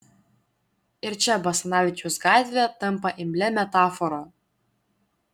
ir čia basanavičiaus gatvė tampa imlia metafora